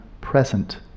present